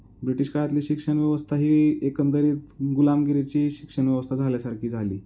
British काळातली शिक्षण व्यवस्था ही एकंदरीत गुलामगिरीची शिक्षण व्यवस्था झाल्यासारखी झाली